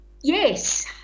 Yes